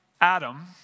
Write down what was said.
Adam